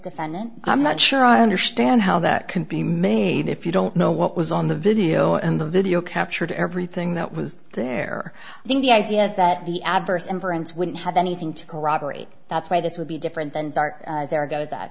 defendant i'm not sure i understand how that can be made if you don't know what was on the video and the video captured everything that was there i think the idea that the adverse inference wouldn't have anything to corroborate that's why this would be different than start there goes that